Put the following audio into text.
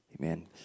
Amen